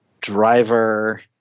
Driver